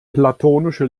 platonische